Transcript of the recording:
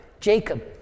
Jacob